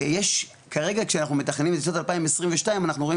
יש כרגע כשאנחנו מתכננים את שנת 2022 אנחנו רואים